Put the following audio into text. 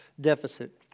Deficit